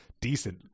decent